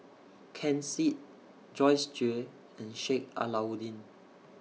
Ken Seet Joyce Jue and Sheik Alau'ddin